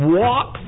walk